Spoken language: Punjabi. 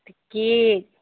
ਕੀ